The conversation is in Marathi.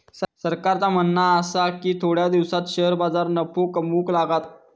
सरकारचा म्हणणा आसा की थोड्या दिसांत शेअर बाजार नफो कमवूक लागात